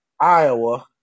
Iowa